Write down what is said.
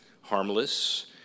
Harmless